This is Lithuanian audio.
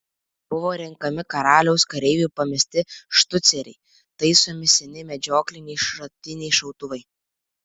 buvo renkami karaliaus kareivių pamesti štuceriai taisomi seni medžiokliniai šratiniai šautuvai